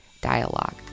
dialogue